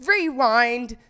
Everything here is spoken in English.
Rewind